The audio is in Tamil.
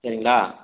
சரிங்ளா